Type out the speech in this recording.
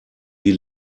die